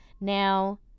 Now